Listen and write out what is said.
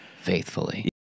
faithfully